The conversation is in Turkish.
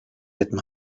etme